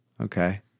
okay